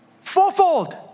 Fourfold